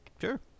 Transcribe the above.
Sure